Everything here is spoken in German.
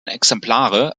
exemplare